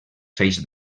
feix